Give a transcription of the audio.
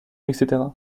etc